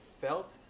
felt